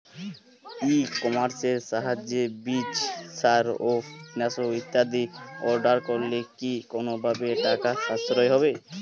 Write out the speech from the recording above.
ই কমার্সের সাহায্যে বীজ সার ও কীটনাশক ইত্যাদি অর্ডার করলে কি কোনোভাবে টাকার সাশ্রয় হবে?